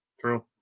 True